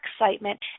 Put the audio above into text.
excitement